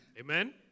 Amen